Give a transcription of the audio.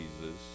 Jesus